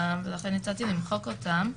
ולכן הצעתי למחוק אותם.